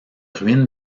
ruines